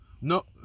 No